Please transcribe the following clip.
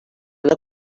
una